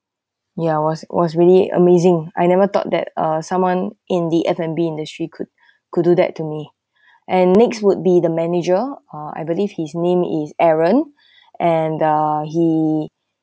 ya was was really amazing I never thought that uh someone in the f and b industry could could do that to me and next would be the manager uh I believe his name is aaron and uh he